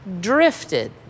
drifted